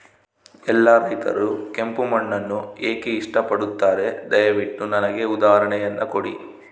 ಎಲ್ಲಾ ರೈತರು ಕೆಂಪು ಮಣ್ಣನ್ನು ಏಕೆ ಇಷ್ಟಪಡುತ್ತಾರೆ ದಯವಿಟ್ಟು ನನಗೆ ಉದಾಹರಣೆಯನ್ನ ಕೊಡಿ?